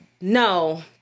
no